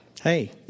Hey